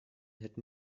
hätten